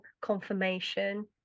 confirmation